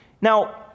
Now